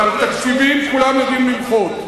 הרי על תקציבים כולם יודעים למחות.